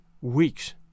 weeks